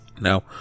Now